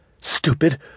Stupid